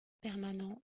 permanent